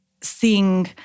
seeing